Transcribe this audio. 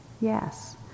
Yes